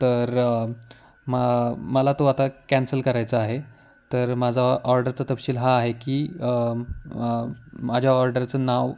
तर मग मला तो आता कॅन्सल करायचा आहे तर माझा ऑर्डरचा तपशील हा आहे की माझ्या ऑर्डरचं नाव